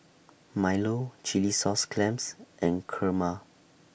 Milo Chilli Sauce Clams and Kurma